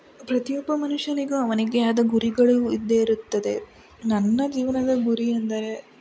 ಪ್ರತಿಯೊಬ್ಬ ಮನುಷ್ಯನಿಗೂ ಅವನಿಗೇ ಆದ ಗುರಿಗಳು ಇದ್ದೇ ಇರುತ್ತದೆ ನನ್ನ ಜೀವನದ ಗುರಿ ಎಂದರೆ